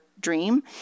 dream